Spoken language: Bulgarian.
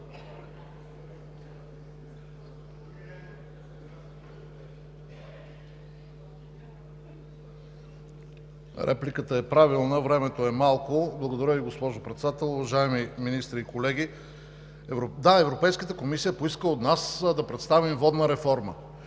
Репликата е правилна. Времето е малко. Благодаря Ви, госпожо Председател. Уважаеми министри и колеги! Да, Европейската комисия поиска от нас да представим водна реформа.